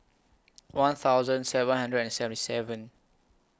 one thousand seven hundred and seventy seven